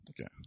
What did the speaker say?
Okay